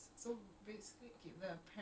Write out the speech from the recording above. mm a'ah yang mana